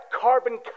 carbon